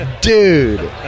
dude